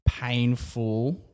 painful